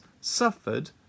suffered